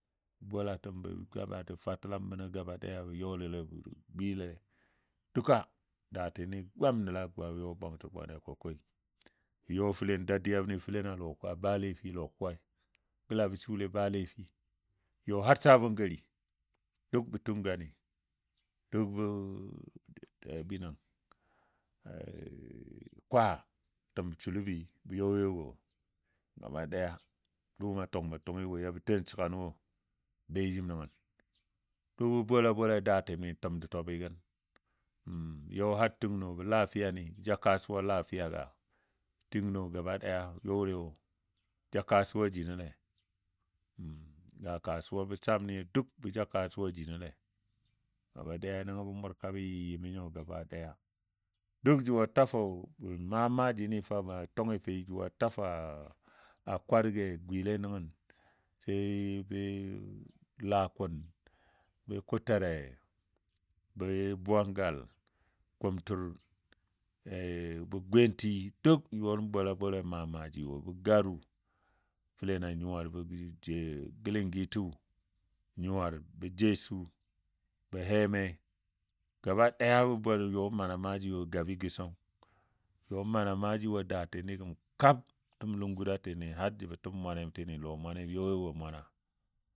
Bɔlatəm fatəlam bənɔ gaba daya bə yɔlale bə gwilole duka daatini gwam nəl a yɔ bwantin bwagi ko koi, bə yɔ fəlen dadiyabni fəlen a lɔ kuwa a balaifi lɔkuwai gla bɔ sule a balaifi yɔ har sabongari duk bə tungani duk bə abi nan kwaa təm shuləbi bə yɔ yɔi wo n gabadaya dʊʊmɔ tubən tungi wo yabɔ ten segan wo bə be jim nən, duk bə bola bolai daatini nən təm dutɔbi gən yɔ har tingno bə lafiyani bə ja kasuwa lafiya ka, tingno gaba daya bə yɔle wo, bə ja kasuwa jinole ga kasuwa bə cham ni duk bə ja kasuwa jinole gaba ɗaya nəngɔ bə mʊrka bə yɨ yɨmo nyo gaba ɗaya. Duk jʊ a ta fou mə maa maajini tʊngi fə juwa ta fou a kwarge gwile nəngən sai, lakun bə kuture n bə bwangal kumtir bə gwenti duk n yɔn bola bolai n maa maaji wo. Bə garu fəlen a nyuwar bə gilengitu, nyuwar bə jesu bə heme gaba daya bə bola yɔ mala maaji wo ƴɔ maana maajiwo daatini gəm kab təm lungudatini har jəbɔ təm mwanetini lɔ mwane bə yɔ yɔi wo mwana.